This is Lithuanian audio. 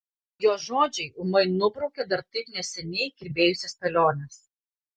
jos žodžiai ūmai nubraukia dar taip neseniai kirbėjusias spėliones